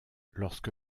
lorsque